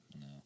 No